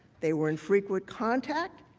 they were in frequent contact,